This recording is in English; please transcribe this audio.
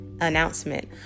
announcement